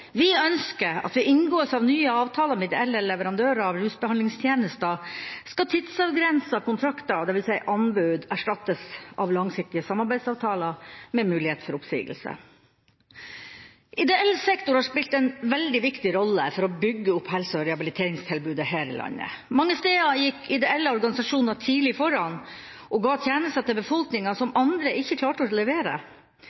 Vi ønsker at ved inngåelse av nye avtaler med ideelle leverandører av rusbehandlingstjenester skal tidsavgrensede kontrakter, dvs. anbud, erstattes av langsiktige samarbeidsavtaler med mulighet for oppsigelse. Ideell sektor har spilt en veldig viktig rolle for å bygge opp helse- og rehabiliteringstilbudet her i landet. Mange steder gikk ideelle organisasjoner tidlig foran og ga tjenester til befolkninga som